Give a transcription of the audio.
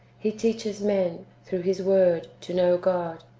he teaches men, through his word, to know god.